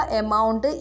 amount